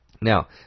Now